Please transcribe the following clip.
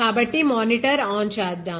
కాబట్టి monitor on చేద్దాం